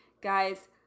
Guys